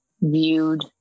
viewed